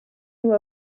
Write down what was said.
nous